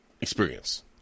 Experience